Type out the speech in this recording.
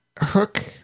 hook